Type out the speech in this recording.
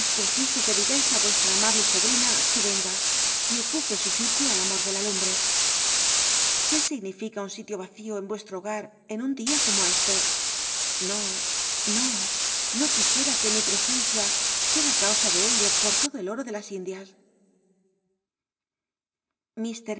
preciso que digais uestra amable sobl'ina que yenga y ocupe su sitio al amor de la lumbte qué significa un sitio acio en yuestro hogar en un dia como este no no no quisiera que mi ptcscncia fuera causa de ello pot todo el oro de las indias